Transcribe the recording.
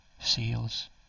seals